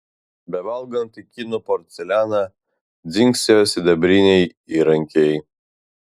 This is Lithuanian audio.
bevalgant į kinų porcelianą dzingsėjo sidabriniai įrankiai